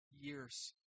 years